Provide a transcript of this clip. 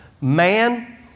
Man